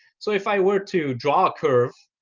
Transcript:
so if i were to draw a curve,